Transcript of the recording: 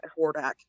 Hordak